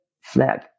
flag